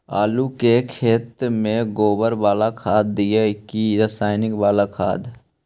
आलू के खेत में गोबर बाला खाद दियै की रसायन बाला खाद?